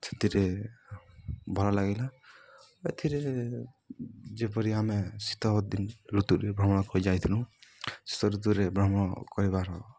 ସେଥିରେ ଭଲ ଲାଗିଲା ଏଥିରେ ଯେପରି ଆମେ ଶୀତ ଦିନ ଋତୁରେ ଭ୍ରମଣ କରି ଯାଇଥିଲୁ ଶୀତ ଋତୁରେ ଭ୍ରମଣ କରିବାର